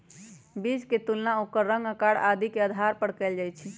बीज के तुलना ओकर रंग, आकार आदि के आधार पर कएल जाई छई